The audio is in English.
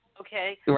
Okay